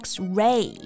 X-ray